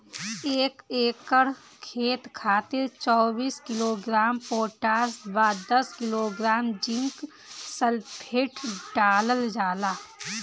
एक एकड़ खेत खातिर चौबीस किलोग्राम पोटाश व दस किलोग्राम जिंक सल्फेट डालल जाला?